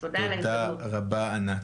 תודה רבה ענת.